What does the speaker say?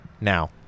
now